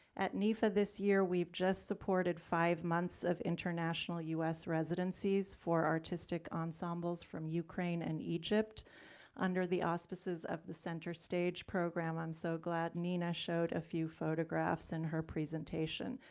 at nefa this year, we've just supported five months of international us residencies for artistic ensembles from ukraine and egypt under the auspices of the center stage program. i'm so glad nina showed a few photographs in her presentation.